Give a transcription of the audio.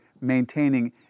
maintaining